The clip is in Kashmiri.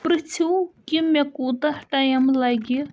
پرٛژھِو کہِ مےٚ کوٗتاہ ٹایم لَگہِ